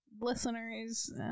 listeners